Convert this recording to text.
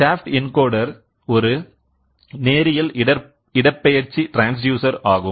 shaft encoder ஒரு நேரியல் இடப்பெயர்ச்சி ட்ரான்ஸ்டியூசர் ஆகும்